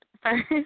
first